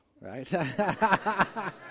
right